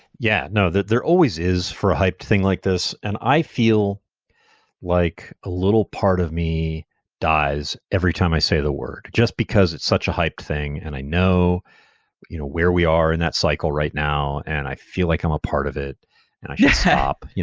yeah. no. there always is for a hyped thing like this, and i feel like a little part of me dies every time i say the word, just because it's such a hyped thing and i know you know where we are in that cycle right now and i feel like i'm a part of it and i could yeah stop. yeah